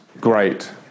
great